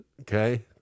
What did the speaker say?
okay